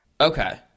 Okay